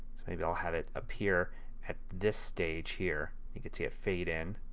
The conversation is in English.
maybe i will have it appear at this stage here. you can see it fade in.